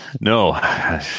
No